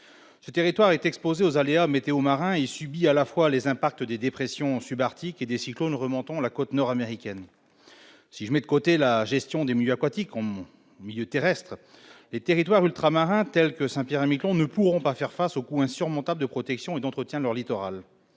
Ce territoire est exposé aux aléas météo-marins et subit à la fois les impacts des dépressions subarctiques et des cyclones remontant la côte nord-américaine. Si je mets de côté la gestion des milieux aquatiques terrestres, les territoires ultramarins tels que Saint-Pierre-et-Miquelon ne pourront pas faire face aux coûts insurmontables de protection et d'entretien de leur littoral.